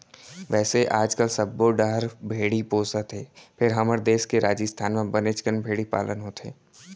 वैसे आजकाल सब्बो डहर भेड़ी पोसत हें फेर हमर देस के राजिस्थान म बनेच कन भेड़ी पालन होथे